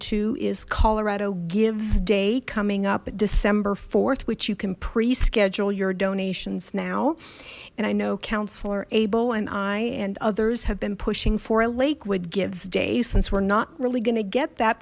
to is colorado gives day coming up december th which you can pre schedule your donations now and i know councillor abel and i and others have been pushing for a lakewood gives day since we're not really gonna get that